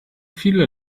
viele